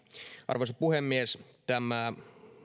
arvoisa puhemies